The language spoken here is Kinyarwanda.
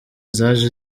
zaje